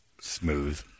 Smooth